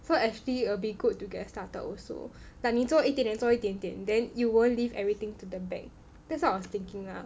so actually will be good to get started also like 你做一点点做一点点 then you won't leave everything to the back that's what I was thinking lah